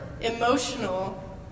Emotional